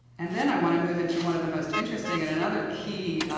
and then, i want to move into one of the most interesting, and another key, ah,